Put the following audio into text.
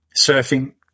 surfing